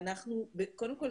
קודם כל,